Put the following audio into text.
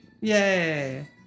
Yay